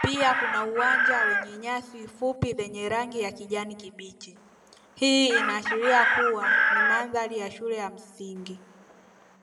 pia kuna uwanja wenye nyasi fupi zenye rangi ya kijani kibichi. Hii inaashiria kuwa ni mandhari ya shule ya msingi.